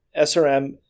SRM